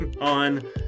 on